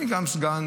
אני גם סגן,